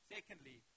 Secondly